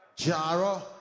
Jaro